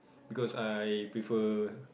because I prefer